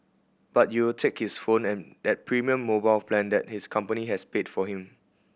but you'll take his phone and that premium mobile plan that his company has paid for him